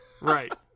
Right